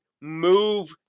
move